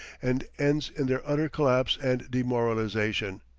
and ends in their utter collapse and demoralization.